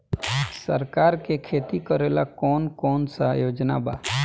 सरकार के खेती करेला कौन कौनसा योजना बा?